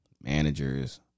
managers